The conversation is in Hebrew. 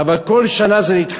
אבל כל שנה זה נדחה.